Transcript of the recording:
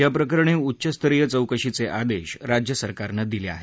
या प्रकरणी उच्चस्तरीय चौकशीचे आदेश राज्यसरकारने दिले आहेत